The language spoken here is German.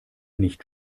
nicht